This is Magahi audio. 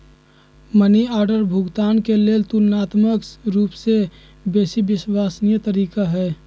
मनी ऑर्डर भुगतान के लेल ततुलनात्मक रूपसे बेशी विश्वसनीय तरीका हइ